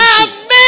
Amen